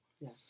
Yes